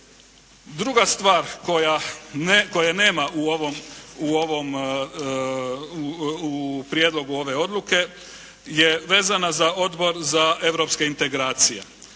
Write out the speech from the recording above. Druga stvar koje nema u ovom, u prijedlogu ove odluke je vezana za Odbor za europske integracije.